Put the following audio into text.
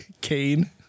Kane